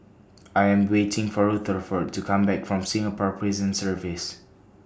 I Am waiting For Rutherford to Come Back from Singapore Prison Service